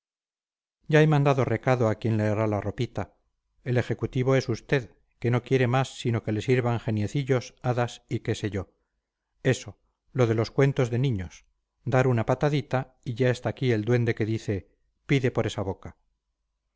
ya he mandado recado a quien le hará la ropita el ejecutivo es usted que no quiere más sino que le sirvan geniecillos hadas y qué sé yo eso lo de los cuentos de niños dar una patadita y ya está aquí el duende que dice pide por esa boca